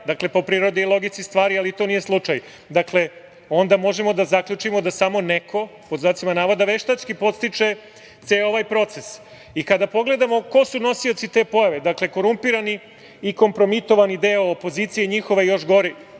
dakle, po prirodi i logici stvari, ali to nije slučaj. Dakle, onda možemo da zaključimo da samo neko, pod znacima navoda, veštački podstiče ceo ovaj proces. Kada pogledamo ko su nosioci te pojave, dakle, korumpirani i kompromitovani deo opozicije i njihovi još gori